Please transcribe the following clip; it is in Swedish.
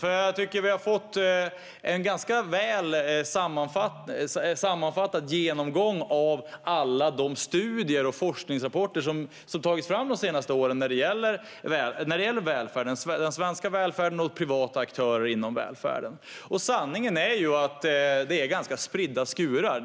Jag tycker att vi har fått en ganska väl sammanfattad genomgång av alla studier och forskningsrapporter som har tagits fram de senaste åren när det gäller den svenska välfärden och privata aktörer inom denna. Sanningen är att det är ganska spridda skurar.